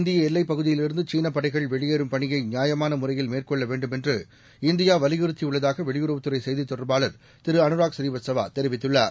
இந்தியஎல்லைப் பகுதியிலிருந்துசீனபடைகள் வெளியேறும் பணியைநியாயமானமுறையில் மேற்கொள்ளவேண்டும் என்று இந்தியாவலியுறுத்தியுள்ளதாகவெளியுறவுத் துறைசெய்தித் தொடர்பாளர் திரு அனுராக் புநீவத்சவாதெரிவித்துள்ளார்